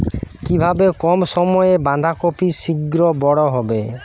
কিভাবে কম সময়ে বাঁধাকপি শিঘ্র বড় হবে?